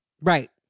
Right